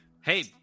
Hey